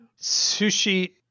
Sushi